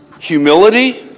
Humility